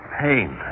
pain